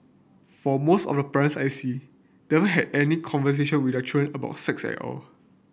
for most of the parents I see they had any conversation with their children about sex at all